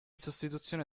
sostituzione